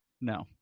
no